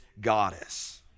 goddess